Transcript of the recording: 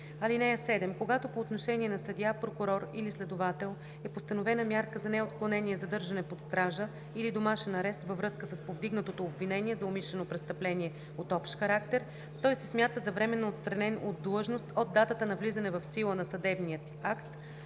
323. (7) Когато по отношение на съдия, прокурор или следовател е постановена мярка за неотклонение задържане под стража или домашен арест във връзка с повдигнатото обвинение за умишлено престъпление от общ характер, той се смята за временно отстранен от длъжност от датата на влизане в сила на съдебния акт,